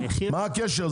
מה הקשר?